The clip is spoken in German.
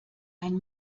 ein